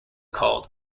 called